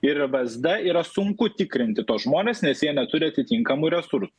ir vsd yra sunku tikrinti tuos žmones nes jie neturi atitinkamų resursų